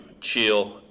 chill